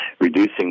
reducing